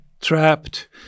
trapped